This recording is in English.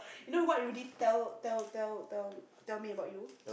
no what you didn't tell tell tell tell tell me about you